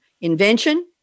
Invention